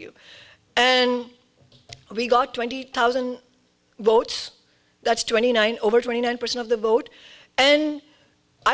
you and we got twenty thousand vote that's twenty nine over twenty nine percent of the vote and